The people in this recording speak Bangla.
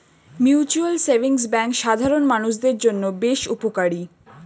মিউচুয়াল সেভিংস ব্যাঙ্ক সাধারণ মানুষদের জন্য বেশ উপকারী